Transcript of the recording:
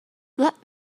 let